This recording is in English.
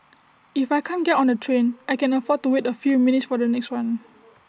if I can't get on the train I can afford to wait A few minutes for the next one